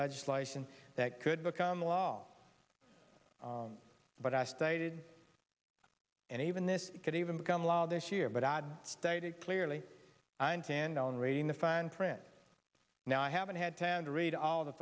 legislation that could become law but i stated and even this could even become law this year but i had stated clearly i intend on reading the fine print now i haven't had time to read all the